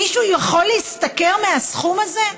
מישהו יכול להשתכר מהסכום הזה?